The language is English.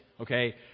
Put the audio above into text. Okay